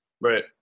Right